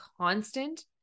constant